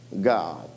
God